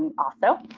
also,